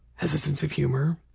has a sense of humor.